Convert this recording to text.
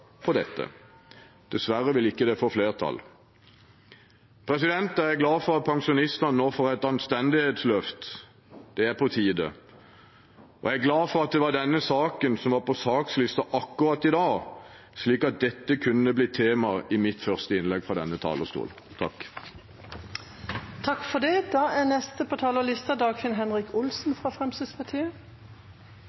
dette. Dessverre vil det ikke få flertall. Jeg er glad for at pensjonistene nå får et anstendighetsløft, det er på tide. Og jeg er glad for at det var denne saken som var på sakslisten akkurat i dag, slik at dette kunne bli tema i mitt første innlegg fra denne talerstolen. I denne saken bekreftes det nok en gang hvor vanskelig det er